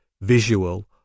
visual